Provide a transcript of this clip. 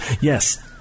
Yes